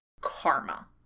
karma